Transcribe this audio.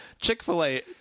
Chick-fil-A